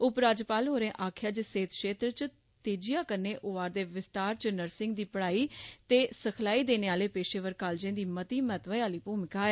उपराज्यपाल होरें आक्खेया जे सेहत क्षेत्र च तेजिया कन्नै होआ रदे विस्तार च नर्सिंग दी पढ़ाई ते सिखलाई देने आलें पेशेवर कालजें दी मती महत्वै आली भूमिका ऐ